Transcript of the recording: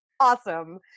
awesome